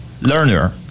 Learner